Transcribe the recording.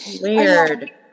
weird